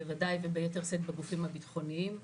בוודאי וביתר שאת בגופים הביטחוניים.